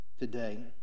today